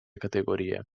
categorie